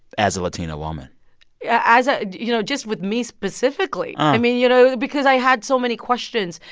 as a latina woman yeah as a you know, just with me specifically. i mean, you know because i had so many questions.